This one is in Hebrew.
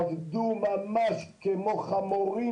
עבדו ממש כמו חמורים,